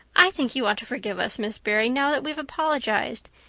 i think you ought to forgive us, miss barry, now that we've apologized.